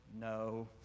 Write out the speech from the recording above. No